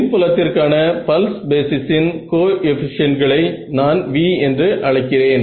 மின் புலத்திற்கான பல்ஸ் பேஸிஸின் கோஎஃபீஷியன்ட்களை நான் v என்று அழைக்கிறேன்